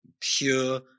pure